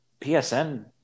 PSN